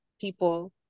people